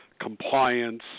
compliance